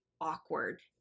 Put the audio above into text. awkward